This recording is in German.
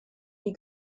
die